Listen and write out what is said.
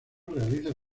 realiza